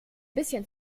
bisschen